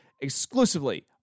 exclusively